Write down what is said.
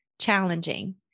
challenging